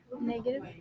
Negative